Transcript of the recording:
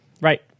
Right